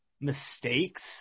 mistakes